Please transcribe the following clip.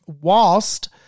whilst